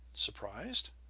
surprised.